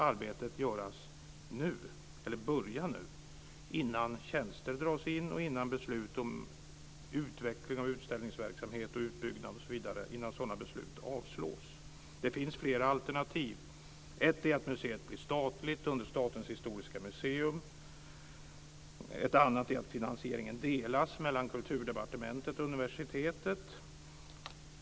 Arbetet borde därför göras nu, innan tjänster dras in och innan förslag om utveckling, utställningsverksamhet och utbyggnad avslås. Det finns flera alternativ. Ett är att museet blir statligt under Statens historiska museum. Ett annat är att finansieringen delas mellan Kulturdepartementet och universitetet.